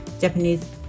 Japanese